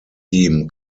team